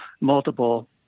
multiple